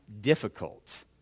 difficult